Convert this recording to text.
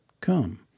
come